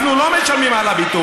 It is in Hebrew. אנחנו לא משלמים על הביטוח.